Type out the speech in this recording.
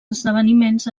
esdeveniments